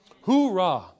Hoorah